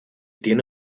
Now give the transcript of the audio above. tiene